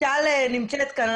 טל נמצאת כאן.